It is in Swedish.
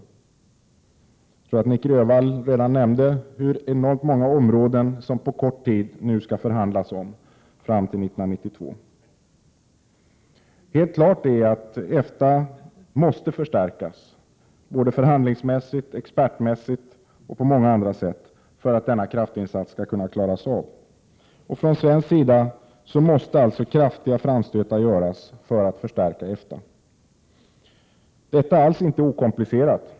Jag tror att Nic Grönvall nämnde hur enormt många områden det nu på kort tid skall förhandlas om fram till 1992. Helt klart är att EFTA måste förstärkas förhandlingsmässigt, expertmässigt och på många andra sätt för att denna kraftinsats skall kunna klaras av. Från svensk sida måste alltså kraftiga framstötar göras för att förstärka EFTA. Detta är alls inte okomplicerat.